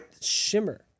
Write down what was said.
shimmer